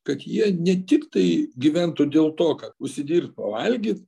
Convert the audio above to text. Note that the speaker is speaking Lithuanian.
kad jie ne tiktai gyventų dėl to kad užsidirbt pavalgyt